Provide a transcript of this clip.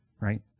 Right